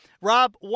Rob